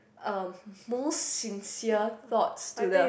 uh most sincere thoughts to the